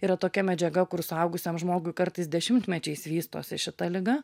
yra tokia medžiaga kur suaugusiam žmogui kartais dešimtmečiais vystosi šita liga